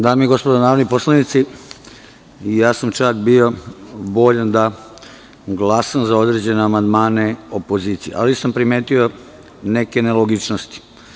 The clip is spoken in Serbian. Dame i gospodo narodni poslanici, čak sam bio voljan da glasam za određene amandmane opozicije, ali sam primetio neke nelogičnosti.